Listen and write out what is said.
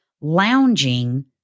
lounging